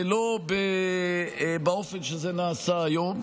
ולא באופן שזה נעשה היום.